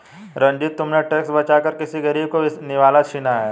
रंजित, तुमने टैक्स बचाकर किसी गरीब का निवाला छीना है